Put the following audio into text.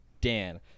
dan